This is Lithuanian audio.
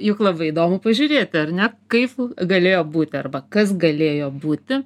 juk labai įdomu pažiūrėti ar ne kaip galėjo būti arba kas galėjo būti